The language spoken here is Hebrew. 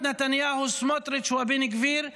אדוני היושב בראש,